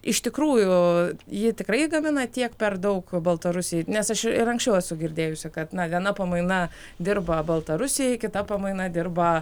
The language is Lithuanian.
iš tikrųjų ji tikrai gamina tiek per daug baltarusijai nes aš ir anksčiau esu girdėjusi kad na viena pamaina dirba baltarusijai kita pamaina dirba